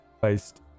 Based